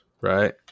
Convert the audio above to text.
right